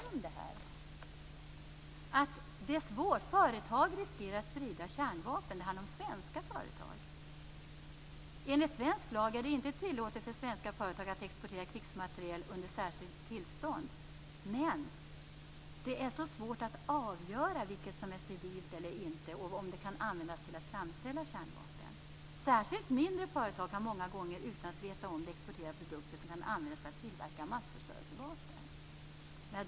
Där framgår att företagen riskerar att sprida kärnvapen. Det handlar om svenska företag. Där står att enligt svensk lag är det inte tillåtet för svenska företag att exportera krigsmateriel utan särskilt tillstånd, men det är svårt att avgöra vad som är civilt eller ej och om det går att använda för att framställa kärnvapen. Där framgår också att särskilt mindre företag har många gånger utan att veta om det exporterat produkter som kan användas för att tillverka massförstörelsevapen.